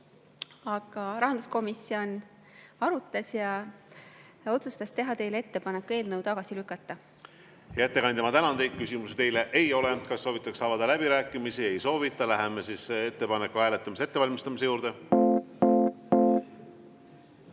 Aga rahanduskomisjon arutas ja otsustas teha teile ettepaneku eelnõu tagasi lükata. Aitäh teile! Hea ettekandja, ma tänan teid. Küsimusi teile ei ole. Kas soovitakse avada läbirääkimisi? Ei soovita. Läheme ettepaneku hääletamise ettevalmistamise juurde.